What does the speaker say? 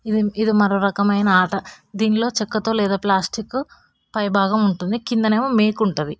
ఇది ఇది మరోరకమైన ఆట దీనిలో చెక్కతో లేదా ప్లాస్టిక్ పైభాగం ఉంటుంది కింద ఏమో మేకు ఉంటుంది